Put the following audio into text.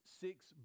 six